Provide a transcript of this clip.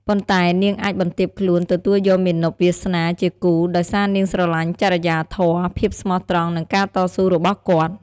ប៉ុន្ដែនាងអាចបន្ទាបខ្លួនទទួលយកមាណពវាសនាជាគូ ដោយសារនាងស្រឡាញ់ចរិយាធម៌ ភាពស្មោះត្រង់ និងការតស៊ូរបស់គាត់។